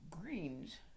greens